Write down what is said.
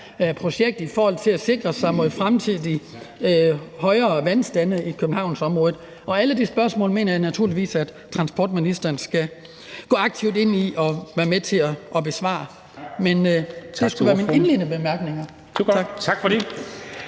projekt i forhold til at sikre sig mod fremtidige højere vandstande i Københavnsområdet. Alle de spørgsmål mener jeg naturligvis at transportministeren skal gå aktivt ind i og være med til at besvare. Det skulle være mine indledende bemærkninger.